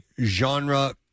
genre